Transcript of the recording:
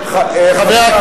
זה בדיוק מה שהם אמרו.